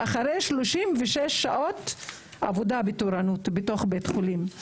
אחרי 36 שעות עבודה בתורנות בתוך בית חולים.